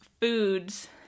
foods